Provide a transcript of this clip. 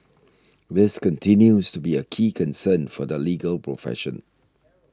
this continues to be a key concern for the legal profession